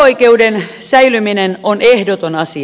veto oikeuden säilyminen on ehdoton asia